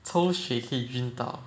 抽血可以晕倒